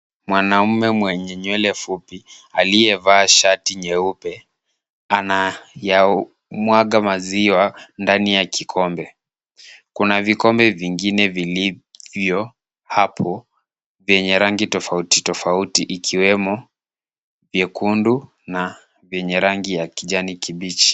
Mwanamume mwenye nywele fupi aliyevaa shati nyeupe anayamwaga maziwa ndani ya kikombe. Kuna vikombe vingine vilivyo hapo vyenye rangi tofauti tofauti ikiwemo vyekundu na vyenye rangi ya kijani kibichi.